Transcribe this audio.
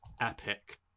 epic